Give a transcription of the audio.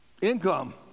income